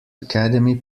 academy